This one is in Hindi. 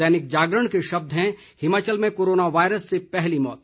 दैनिक जागरण के शब्द हैं हिमाचल में कोरोना वायरस से पहली मौत